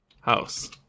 House